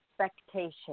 expectation